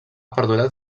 perdurat